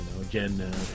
again